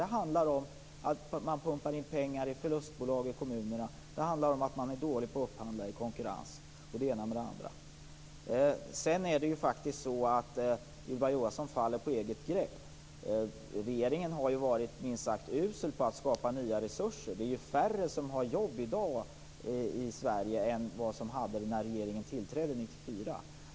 Det handlar om att man i kommunerna pumpar in pengar i förlustbolag, och det handlar om att man är dålig på att upphandla i konkurrens, m.m. Ylva Johansson faller här på eget grepp. Regeringen har ju varit minst sagt usel på att skapa nya resurser. Det är färre som har jobb i Sverige i dag än som hade det när regeringen tillträdde 1994.